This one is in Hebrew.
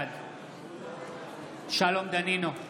בעד שלום דנינו,